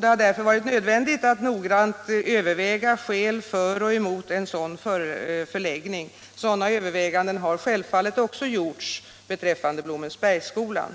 Det har därför varit nödvändigt att noggrant överväga skälen för och emot en sådan förläggning. Överväganden av det slaget har självfallet också gjorts beträffande Blommensbergsskolan.